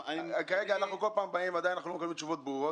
אנחנו כל פעם באים ולא מקבלים תשובות ברורות.